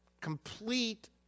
complete